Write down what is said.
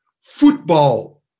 football